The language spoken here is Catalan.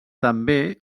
també